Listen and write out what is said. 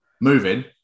moving